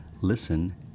listen